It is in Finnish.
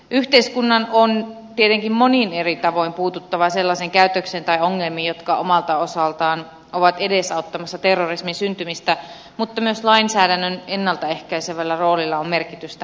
yhteiskunnan on tietenkin monin eri tavoin puututtava sellaiseen käytökseen tai ongelmiin jotka omalta osaltaan ovat edesauttamassa terrorismin syntymistä mutta myös lainsäädännön ennalta ehkäisevällä roolilla on merkitystä